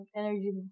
energy